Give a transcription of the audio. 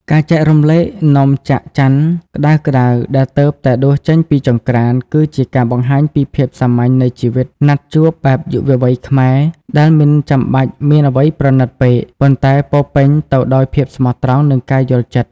ការចែករំលែកនំច័ក្កច័នក្ដៅៗដែលទើបតែដួសចេញពីចង្ក្រាន គឺជាការបង្ហាញពីភាពសាមញ្ញនៃជីវិតណាត់ជួបបែបយុវវ័យខ្មែរ ដែលមិនចាំបាច់មានអ្វីប្រណីតពេក ប៉ុន្តែពោរពេញទៅដោយភាពស្មោះត្រង់ និងការយល់ចិត្ត។